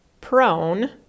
prone